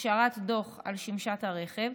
השארת דוח על שמשת הרכב,